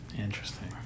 Interesting